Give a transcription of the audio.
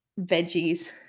veggies